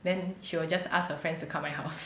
then she will just ask her friends to come my house